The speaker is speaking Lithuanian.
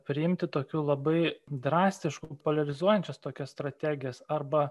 priimti tokių labai drastiškų poliarizuojančias tokias strategijas arba